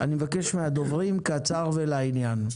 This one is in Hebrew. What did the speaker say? אני מבקש מהדוברים קצר ולעניין.